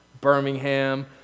Birmingham